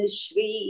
shri